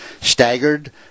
staggered